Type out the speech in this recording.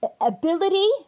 ability